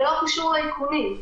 זה לא קשור לאיכונים.